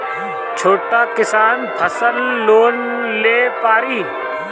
छोटा किसान फसल लोन ले पारी?